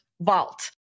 vault